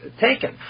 taken